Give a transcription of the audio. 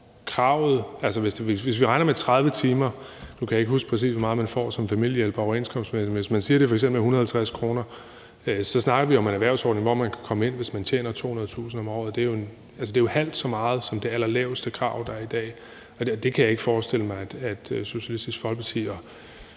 hvor vi regner med 30 timer – nu kan jeg ikke huske, præcis hvor meget man får som familiehjælper og overenskomstmedlem – vil jeg sige, at hvis man siger, at det f.eks. er 150 kr. i timen, så snakker vi om en erhvervsordning, hvor man kan komme ind, hvis man tjener 200.000 kr. om året. Altså, det er jo halvt så meget som det allerlaveste krav, der er i dag. Det kan jeg ikke forestille mig at Socialistisk Folkeparti